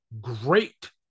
great